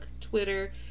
Twitter